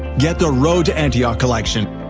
get the road to antioch collection,